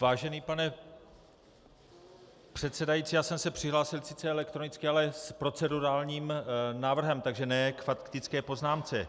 Vážený pane předsedající, já jsem se přihlásil sice elektronicky, ale s procedurálním návrhem, takže ne k faktické poznámce.